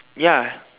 ya